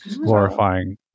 glorifying